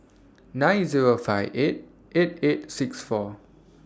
nine Zero five eight eight eight six four